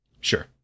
Sure